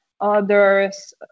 Others